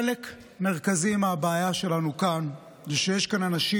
חלק מרכזי מהבעיה שלנו הוא שיש כאן אנשים